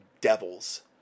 devils